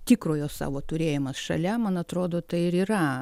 tikrojo savo turėjimas šalia man atrodo tai ir yra